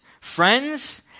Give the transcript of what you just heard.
friends